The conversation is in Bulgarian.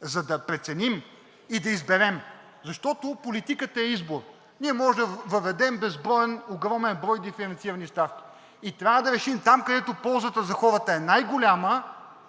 за да преценим и да изберем. Защото политиката е избор. Ние можем да въведем безброен, огромен брой диференцирани ставки и трябва да решим там, където ползата за хората е най-голяма,